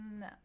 no